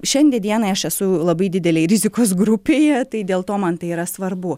šiandie dienai aš esu labai didelėj rizikos grupėje tai dėl to man tai yra svarbu